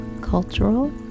cultural